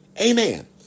Amen